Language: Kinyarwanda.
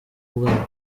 bwabo